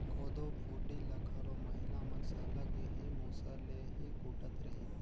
कोदो भुरडी ल घलो महिला मन सरलग एही मूसर ले ही कूटत रहिन